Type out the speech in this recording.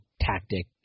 tactic